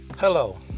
Hello